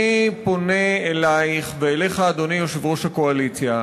אני פונה אלייך ואליך, אדוני יושב-ראש הקואליציה,